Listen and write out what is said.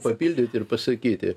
papildyti ir pasakyti